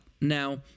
Now